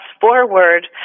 forward